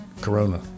Corona